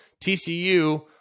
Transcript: TCU